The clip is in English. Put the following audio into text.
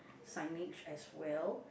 signage as well